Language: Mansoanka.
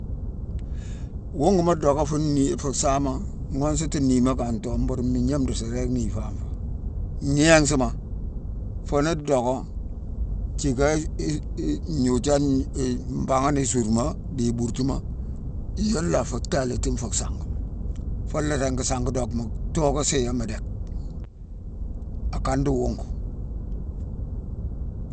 Wunguma docka fu nnii-fu saama ghonsati nniima kan ntoo, mburu mmiigna ndi si ringi nhifan fo. Ngninsima, fune docka jické-i-i-i gnojane-i-ibanghane i surma di i burtuma, yune a fu taalitine fu sangema. Funa ringi sange dockma dooké siyomma déck. A kane di wungu.